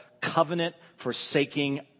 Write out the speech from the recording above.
covenant-forsaking